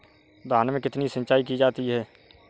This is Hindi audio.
धान में कितनी सिंचाई की जाती है?